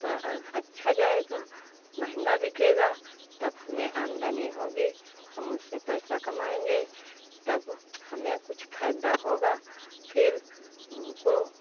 पा अच्छा जाएगा महँगा बिकेगा तब हमें आमदनी होगी हम उससे पैसा कमाएँगे तब हमें कुछ फ़ायदा होगा फिर उनको